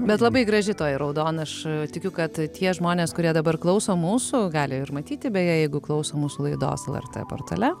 bet labai graži toji raudona aš tikiu kad tie žmonės kurie dabar klauso mūsų gali ir matyti beje jeigu klauso mūsų laidos lrt portale